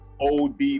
OD